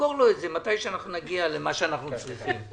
נמכור לו את זה מתי שאנחנו נגיע למה שאנחנו צריכים.